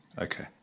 Okay